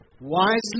wisely